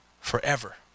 forever